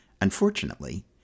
Unfortunately